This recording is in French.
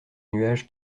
nuage